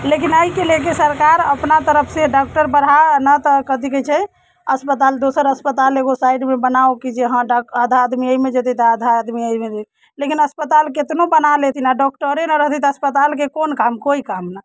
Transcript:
लेकिन एहिके लेके सरकार अपना तरफ से डॉक्टर बढ़ा नहि तऽ कथि कहै छै अस्पताल दोसर अस्पताल एगो साइडमे बनाओ कि जे हँ डॉक्टर आधा आदमी एहिमे जेतै तऽ आधा आदमी एहिमे जे लेकिन अस्पताल केतनो बना लेथिन आ डॉक्टरे नहि रहतै तऽ अस्पतालके कोन काम कोइ काम नहि